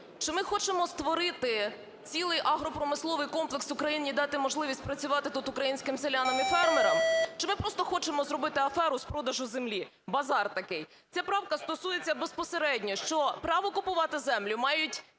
Чи ми хочемо створити цілий агропромисловий комплекс у країні і дати можливість працювати тут українським селянам і фермерам, чи ми просто хочемо зробити аферу з продажу землі, базар такий? Ця правка стосується безпосередньо, що право купувати землю мають